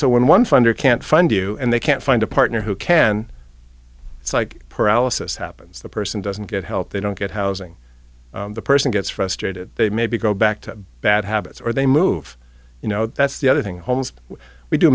so when one funder can't find you and they can't find a partner who can it's like paralysis happens the person doesn't get help they don't get housing the person gets frustrated they maybe go back to bad habits or they move you know that's the other thing